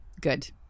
good